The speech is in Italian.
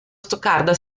stoccarda